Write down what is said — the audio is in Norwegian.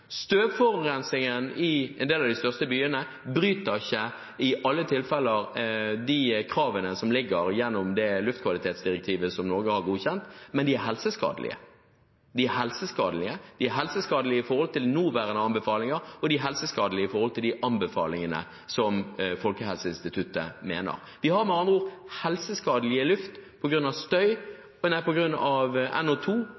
Støvforurensningen i en del av de største byene bryter ikke i alle tilfeller med kravene i det luftkvalitetsdirektivet som Norge har godkjent, men den er helseskadelig. Den er helseskadelig i forhold til nåværende anbefalinger, og den er helseskadelig i forhold til de anbefalingene fra Folkehelseinstituttet. Vi har med andre ord helseskadelig luft – på grunn av NO2og på grunn av støv. Det er